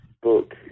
book